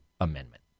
amendment